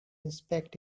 inspect